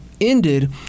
ended